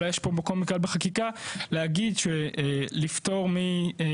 האם יש פה מקום בכלל בחקיקה להגיד שלפטור מהיתר